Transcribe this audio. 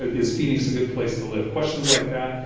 is phoenix a good place to live. questions like that.